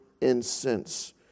incense